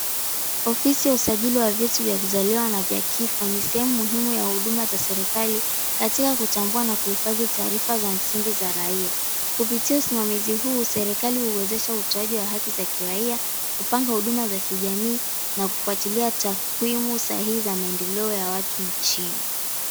Ofisi ya usajili wa vyeti vya kuzaliwa na vya kifo ni sehemu muhimu ya huduma za serikali katika kutambua na kuhifadhi taarifa za msingi za raia. Kupitia usimamizihuu serikali umewezesha utoaji wa haki za kiraia, kupanga huduma za kijamii, na kufuatilia takwimu sahihi za maendeleo ya watu nchini.